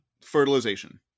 fertilization